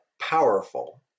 powerful